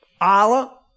Allah